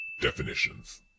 Definitions